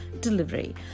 delivery